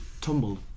tumbled